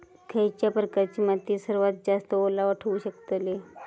खयच्या प्रकारची माती सर्वात जास्त ओलावा ठेवू शकतली?